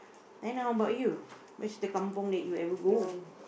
then how about you where's the kampung that you ever go